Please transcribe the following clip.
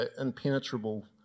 impenetrable